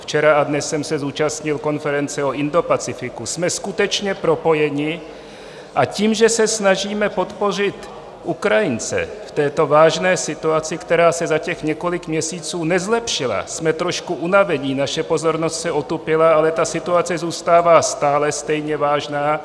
Včera a dnes jsem se zúčastnil konference o Indopacifiku, jsme skutečně propojeni, a tím, že se snažíme podpořit Ukrajince v této vážné situaci, která se za těch několik měsíců nezlepšila, jsme trošku unaveni, naše pozornost se otupila, ale ta situace zůstává stále stejně vážná.